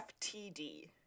FTD